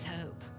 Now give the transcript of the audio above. hope